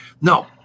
No